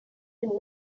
been